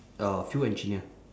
uh field engineer